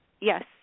Yes